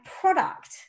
product